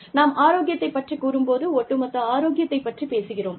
நாம் ஆரோக்கியத்தைப் பற்றி கூறும்போது ஒட்டுமொத்த ஆரோக்கியத்தைப் பற்றிப் பேசுகிறோம்